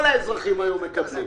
כל האזרחים היו מקבלים.